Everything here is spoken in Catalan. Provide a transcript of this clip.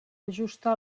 ajustar